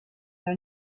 are